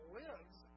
lives